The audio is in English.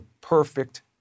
perfect